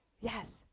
Yes